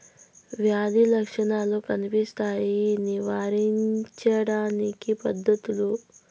వ్యాధి లక్షణాలు కనిపిస్తాయి నివారించడానికి పద్ధతులు?